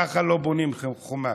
ככה לא בונים חומה.